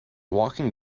walking